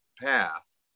path